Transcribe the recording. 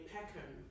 Peckham